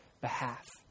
behalf